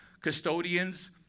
custodians